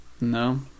No